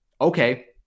Okay